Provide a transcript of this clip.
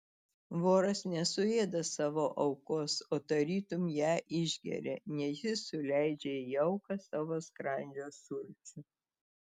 voras nesuėda savo aukos o tarytum ją išgeria nes jis suleidžia į auką savo skrandžio sulčių